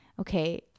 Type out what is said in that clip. okay